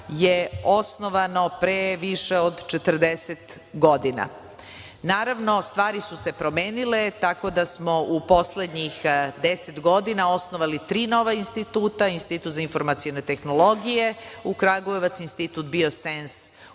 je osnovano pre više od 40 godina. Naravno, stvari su se promenili, tako da smo u poslednjih 10 godina osnovali tri nova instituta, Institut za informacione tehnologije u Kragujevcu, Institut „Biosens“